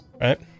Right